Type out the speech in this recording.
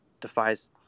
defies